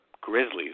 Grizzlies